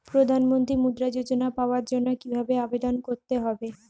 প্রধান মন্ত্রী মুদ্রা যোজনা পাওয়ার জন্য কিভাবে আবেদন করতে হবে?